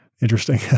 interesting